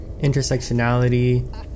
intersectionality